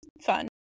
fun